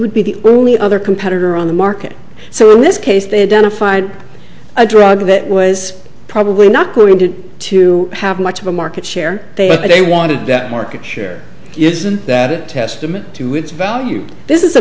would be the only other competitor on the market so in this case they have done a find a drug that was probably not going to to have much of a market share that they wanted that market share isn't that it testimony to its value this is a